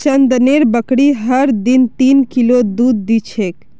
चंदनेर बकरी हर दिन तीन किलो दूध दी छेक